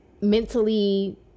mentally